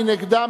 מי נגדה?